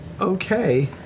okay